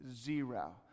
zero